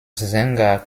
sänger